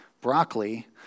broccoli